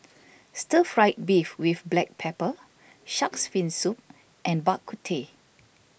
Stir Fried Beef with Black Pepper Shark's Fin Soup and Bak Kut Teh